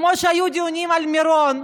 כמו שהיו דיונים על מירון,